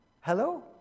Hello